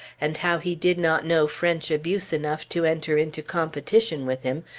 and how he did not know french abuse enough to enter into competition with him,